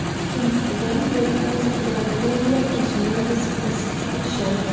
since then reports of melancholia and nervous prostration,